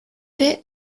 ere